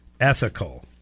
ethical